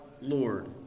Lord